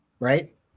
right